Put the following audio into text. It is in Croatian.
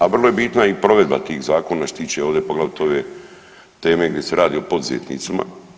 A vrlo je bitna i provedba tih zakona što se tiče ovdje poglavito ove teme gdje se radi o poduzetnicima.